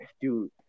dude